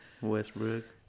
Westbrook